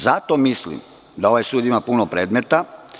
Zato mislim da ovaj sud ima puno predmeta.